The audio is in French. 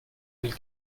mille